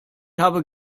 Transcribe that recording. habe